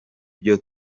byo